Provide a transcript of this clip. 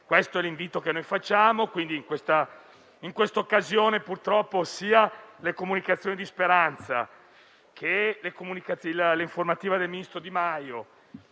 Questo è l'invito che formuliamo. In questa occasione, purtroppo, sia le comunicazioni del ministro Speranza, sia l'informativa del ministro Di Maio,